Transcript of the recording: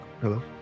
Hello